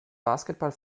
basketball